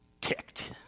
ticked